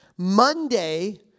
Monday